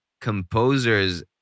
composers